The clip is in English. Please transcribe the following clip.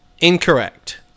Incorrect